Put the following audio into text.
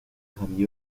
grammy